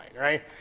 right